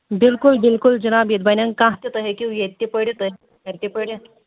بلکُل بلکُل جِناب ییٚتہِ بنٮ۪ن کانٛہہ تہِ تُہۍ ہیٚکِو ییٚتہِ پٔرِتھ تُہۍ ہیٚکِو گرِ تہِ پٔرِتھ